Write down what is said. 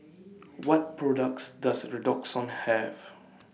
What products Does Redoxon Have